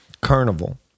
carnival